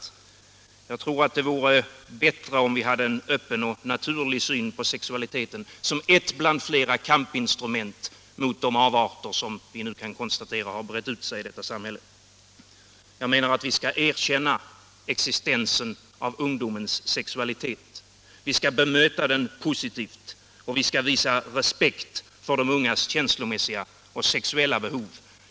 Jag tror att det vore bättre om vi hade en öppen och naturlig syn på sexualiteten som ett bland flera kampinstrument mot de avarter som vi nu kan konstatera har brett ut sig i detta samhälle. Jag menar att vi skall erkänna existensen av ungdomens sexualitet. Vi skall bemöta den positivt, och vi skall visa respekt för de ungas känslomässiga och sexuella behov.